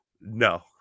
No